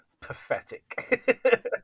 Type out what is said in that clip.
pathetic